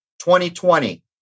2020